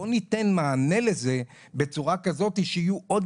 בוא ניתן מענה לזה בצורה כזאתי שיהיו עוד